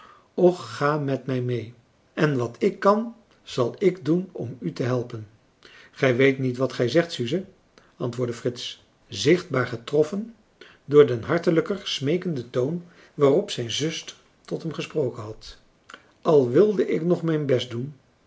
och ga met mij mee en wat ik kan zal ik doen om u te helpen gij weet niet wat gij zegt suze antwoordde frits zichtbaar getroffen door den hartelijker smeekenden toon waarop zijn zuster tot hem gesproken had al wilde ik nog mijn best doen